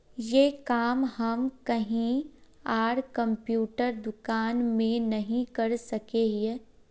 ये काम हम कहीं आर कंप्यूटर दुकान में नहीं कर सके हीये?